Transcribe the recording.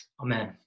Amen